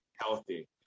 healthy